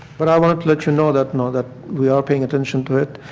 but i want to let you know that know that we are paying attention to it.